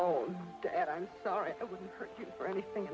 oh i'm sorry for anything